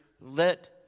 let